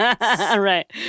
Right